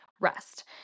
rest